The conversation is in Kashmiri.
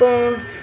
پانٛژھ